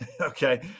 okay